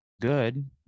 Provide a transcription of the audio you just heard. good